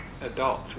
adult